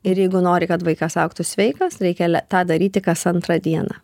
ir jeigu nori kad vaikas augtų sveikas reikia le tą daryti kas antrą dieną